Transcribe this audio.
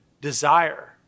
desire